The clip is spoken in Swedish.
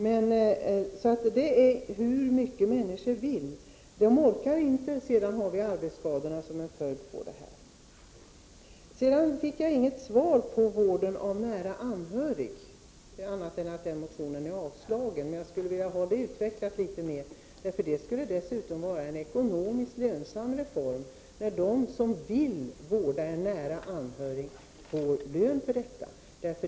Människor vill mycket, men sedan orkar de inte, och vi får arbetsskadorna som en följd. Jag fick inget svar när det gäller frågan om vård av nära anhörig, annat än att motionen är avslagen, men jag skulle vilja ha det litet mera utvecklat. Det skulle dessutom vara en ekonomiskt lönsam reform, om de som vill vårda en nära anhörig får lön för det.